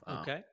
Okay